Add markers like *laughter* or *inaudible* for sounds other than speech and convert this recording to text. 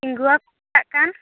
*unintelligible* ᱠᱟᱱ